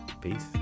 Peace